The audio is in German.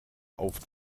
auf